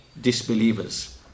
disbelievers